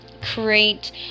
create